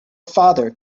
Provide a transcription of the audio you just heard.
father